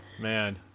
Man